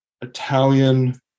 Italian